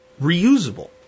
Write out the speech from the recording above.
reusable